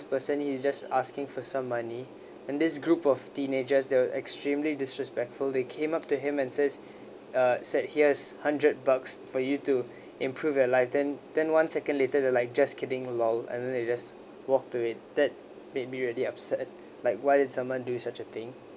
person he just asking for some money and this group of teenagers they're extremely disrespectful they came up to him and says uh said he has hundred bucks for you to improve your life then then one second later they like just kidding LOL and then they just walk to it that made me really upset like why did someone do such a thing